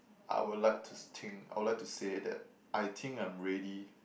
I would like to think I would like to say that I think I'm ready